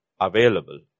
available